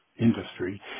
industry